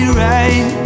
right